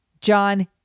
John